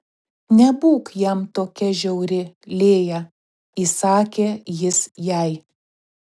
nebūk jam tokia žiauri lėja įsakė jis jai